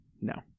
No